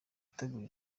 gutegura